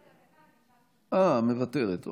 מוותרת.